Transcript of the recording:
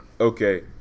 Okay